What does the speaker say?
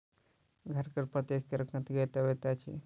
धन कर प्रत्यक्ष करक अन्तर्गत अबैत अछि